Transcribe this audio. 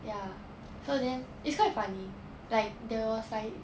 ya so then it's quite funny like there was like